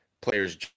player's